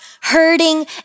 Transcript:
hurting